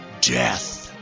Death